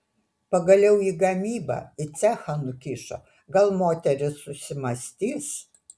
pagaliau į gamybą į cechą nukišo gal moteris susimąstys